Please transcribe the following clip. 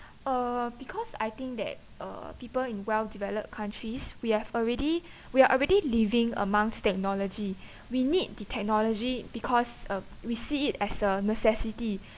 uh because I think that uh people in well developed countries we have already we're already living amongst technology we need the technology because uh we see it as a necessity